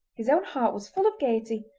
his own heart was full of gaiety,